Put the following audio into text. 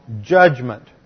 judgment